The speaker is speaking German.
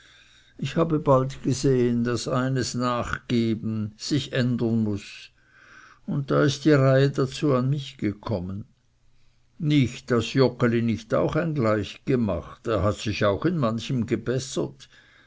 ich habe bald gesehen daß eins nachgeben sich ändern muß und da ist die reihe dazu an mich gekommen nit daß joggeli nicht auch ein gleich gemacht er hat sich auch in manchem gebessert